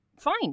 fine